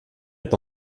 est